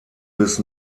bis